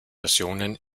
versionen